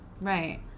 Right